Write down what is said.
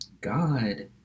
God